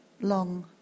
long